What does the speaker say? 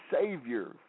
Savior